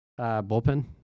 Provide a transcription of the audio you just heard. Bullpen